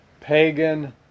pagan